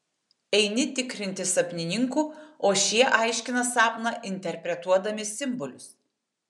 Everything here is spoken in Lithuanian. eini tikrinti sapnininkų o šie aiškina sapną interpretuodami simbolius